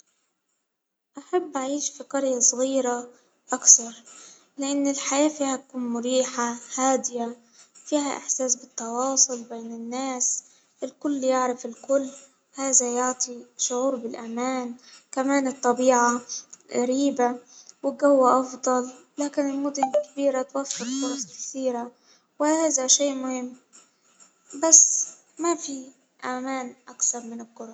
أحب أعيش في قرية صغيرة أكتر لأن الحياة فيها هتكون مريحة هادية فيها إحساس بالتواصل بين الناس ، الكل يعرف الكل ،هذا يعطي شعور بالأمان كمان الطبيعة غريبة والجو أفضل لكن المدن الكبيرة توفر فرص كثيرة وهذا شيء مهم. بس ما في أمان اكثر من القري.